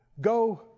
Go